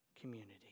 community